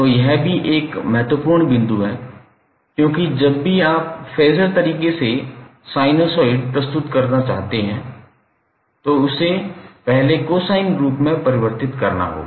तो यह भी बहुत महत्वपूर्ण बिंदु है क्योंकि जब भी आप फेज़र तरीके से साइनसॉइड प्रस्तुत करना चाहते हैं तो इसे पहले कोसाइन रूप में परिवर्तित करना होगा